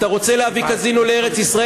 אתה רוצה להביא קזינו לארץ-ישראל,